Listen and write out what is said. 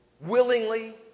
willingly